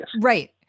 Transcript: Right